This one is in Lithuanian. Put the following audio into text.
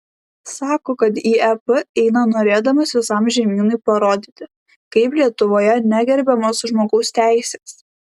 sako kad į ep eina norėdamas visam žemynui parodyti kaip lietuvoje negerbiamos žmogaus teisės